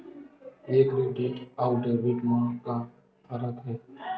ये क्रेडिट आऊ डेबिट मा का फरक है?